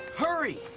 hurry!